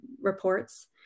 reports